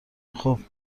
خوب